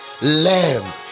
Lamb